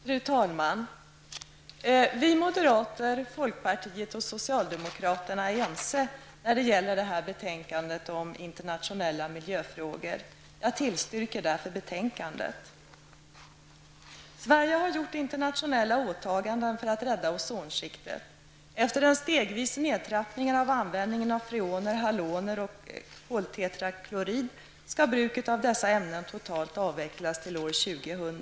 Fru talman! Moderater, folkpartister och socialdemokrater är ense när det gäller det här betänkandet om internationella miljöfrågor. Jag yrkar därför bifall till hemställan i betänkandet. Sverige har gjort internationella åtaganden för att rädda ozonskiktet. Efter en stegvis nedtrappning av användningen av freoner, haloner och koltetraklorid skall bruket av dessa ämnen upphöra totalt till år 2000.